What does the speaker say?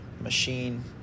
machine